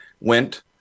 went